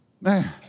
Man